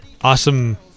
awesome